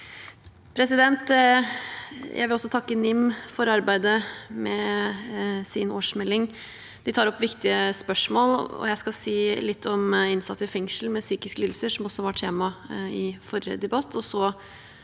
Jeg vil også takke NIM for arbeidet med årsmeldingen. De tar opp viktige spørsmål, og jeg skal si litt om fengselsinnsatte med psykiske lidelser, som også var tema i forrige debatt.